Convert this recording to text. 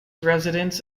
residents